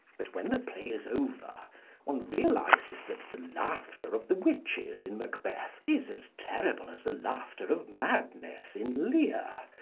but when the play is over one realises that the laughter of the witches in macbeth is as terrible as the laughter of madness in lear,